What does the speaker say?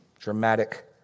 dramatic